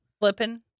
flipping